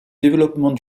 développement